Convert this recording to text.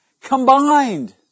combined